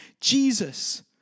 Jesus